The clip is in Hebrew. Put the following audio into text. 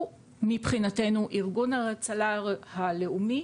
הוא מבחינתנו ארגון ההצלה הלאומי,